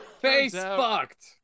face-fucked